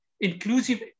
inclusive